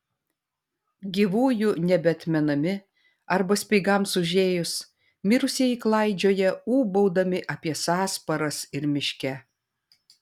gyvųjų nebeatmenami arba speigams užėjus mirusieji klaidžioja ūbaudami apie sąsparas ir miške